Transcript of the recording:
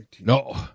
no